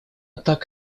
так